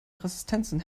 resistenzen